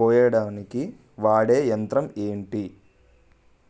కోయడానికి వాడే యంత్రం ఎంటి?